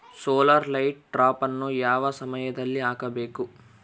Solar light ಟ್ರಾಪನ್ನು ಯಾವ ಸಮಯದಲ್ಲಿ ಹಾಕಬೇಕು?